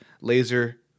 laser